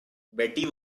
betty